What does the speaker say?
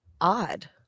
odd